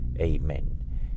Amen